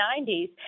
90s